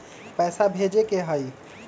पैसा भेजे के हाइ?